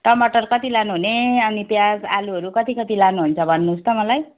टमाटर कति लानुहुने अनि प्याज आलुहरू कति कति लानुहुन्छ भन्नुहोस् त मलाई